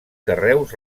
carreus